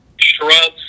shrubs